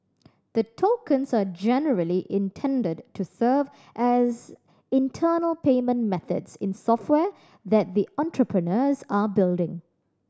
the tokens are generally intended to serve as internal payment methods in software that the entrepreneurs are building